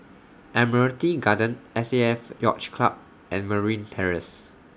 Admiralty Garden S A F Yacht Club and Merryn Terrace